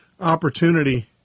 opportunity